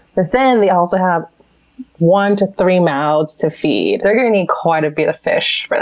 but then they also have one to three mouths to feed. they're gonna need quite a bit of fish but